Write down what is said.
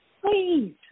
Please